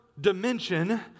dimension